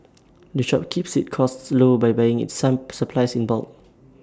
the shop keeps its costs low by buying its some supplies in bulk